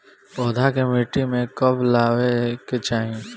पौधा के मिट्टी में कब लगावे के चाहि?